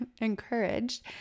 encouraged